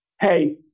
hey